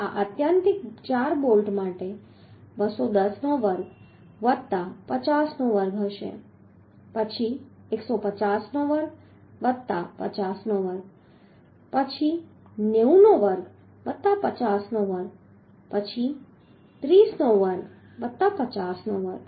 તેથી આ આત્યંતિક ચાર બોલ્ટ માટે 210 નો વર્ગ વત્તા 50 નો વર્ગ હશે પછી 150 નો વર્ગ વત્તા 50 નો વર્ગ પછી 90 નો વર્ગ વત્તા 50 નો વર્ગ પછી 30 નો વર્ગ વત્તા 50 નો વર્ગ